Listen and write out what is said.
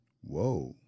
Whoa